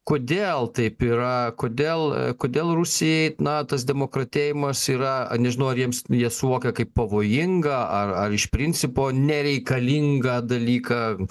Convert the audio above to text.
kodėl taip yra kodėl kodėl rusijai na tas demokratėjimas yra a nežinau ar jiems jie suvokia kaip pavojingą ar ar iš principo nereikalingą dalyką